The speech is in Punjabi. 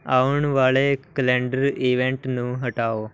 ਆਉਣ ਵਾਲੇ ਕੈਲੰਡਰ ਈਵੈਂਟ ਨੂੰ ਹਟਾਓ